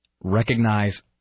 recognize